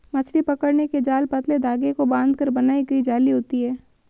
मछली पकड़ने के जाल पतले धागे को बांधकर बनाई गई जाली होती हैं